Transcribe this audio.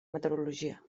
meteorologia